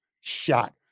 shot